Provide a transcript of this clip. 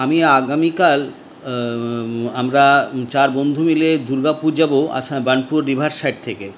আমি আগামীকাল আমরা চার বন্ধু মিলে দুর্গাপুর যাবো বার্নপুর রিভার সাইড থেকে